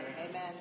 Amen